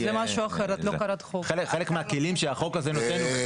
ממש דיור בר השגה.